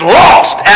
lost